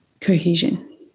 Cohesion